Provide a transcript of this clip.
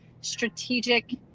strategic